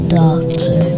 doctor